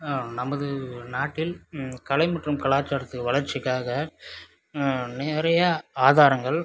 நமது நாட்டில் கலை மற்றும் கலாச்சாரத்தின் வளர்ச்சிக்காக நிறையா ஆதாரங்கள்